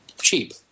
cheap